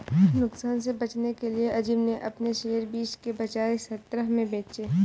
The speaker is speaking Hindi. नुकसान से बचने के लिए अज़ीम ने अपने शेयर बीस के बजाए सत्रह में बेचे